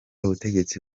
butegetsi